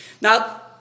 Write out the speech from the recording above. Now